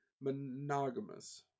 monogamous